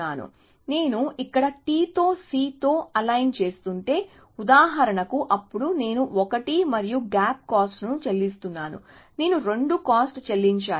కాబట్టి నేను ఇక్కడ T తో C తో అలైన్ చేస్తుంటే ఉదాహరణకు అప్పుడు నేను 1 మరియు గ్యాప్ కాస్ట్ ను చెల్లిస్తున్నాను నేను 2 కాస్ట్ చెల్లించాలి